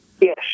Yes